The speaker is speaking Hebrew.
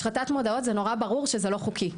השחתת מודעות זה נורא ברור שזה לא חוקי,